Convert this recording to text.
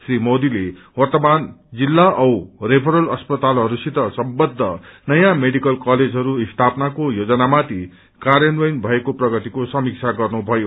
श्री मोदीले वव्रमान जिल्ला औ गुेरल अस्पलत्रतालहस्सित सम्बद्ध नयाँ मेडिकल कलेजहरू स्थपसनाको योजनामाथि कार्यान्वयन भएको प्रगतिको समीक्षा गर्नुभयो